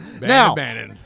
Now